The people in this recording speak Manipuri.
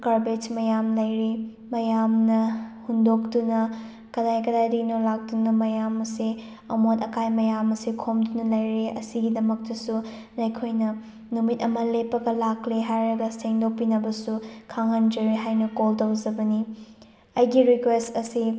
ꯒꯥꯔꯕꯦꯖ ꯃꯌꯥꯝ ꯂꯩꯔꯤ ꯃꯌꯥꯝꯅ ꯍꯨꯟꯗꯣꯛꯇꯨꯅ ꯀꯗꯥꯏ ꯀꯗꯥꯏꯗꯒꯤꯅꯣ ꯂꯥꯛꯇꯨꯅ ꯃꯌꯥꯝ ꯑꯁꯦ ꯑꯃꯣꯠ ꯑꯀꯥꯏ ꯃꯌꯥꯝ ꯑꯁꯦ ꯈꯣꯝꯗꯨꯅ ꯂꯩꯔꯦ ꯑꯁꯤꯒꯤꯗꯃꯛꯇꯁꯨ ꯅꯈꯣꯏꯅ ꯅꯨꯃꯤꯠ ꯑꯃ ꯂꯦꯞꯄꯒ ꯂꯥꯛꯂꯦ ꯍꯥꯏꯔꯒ ꯁꯦꯡꯗꯣꯛꯄꯤꯅꯕꯁꯨ ꯈꯪꯍꯟꯖꯔꯤ ꯍꯥꯏꯅ ꯀꯣꯜ ꯇꯧꯖꯕꯅꯤ ꯑꯩꯒꯤ ꯔꯤꯀ꯭ꯋꯦꯁ ꯑꯁꯤ